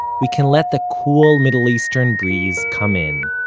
we can let the cool middle eastern breeze come in,